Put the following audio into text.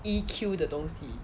E_Q 的东西